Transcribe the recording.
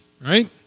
Right